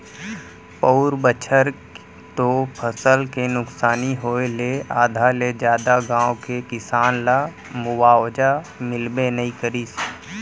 पउर बछर तो फसल के नुकसानी होय ले आधा ले जादा गाँव के किसान ल मुवावजा मिलबे नइ करिस